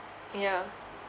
yeah